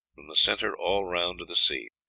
from the centre all round to the sea.